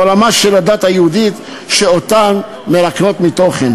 מה שהיה עד היום, זה הוא, יהיה מגנומטר?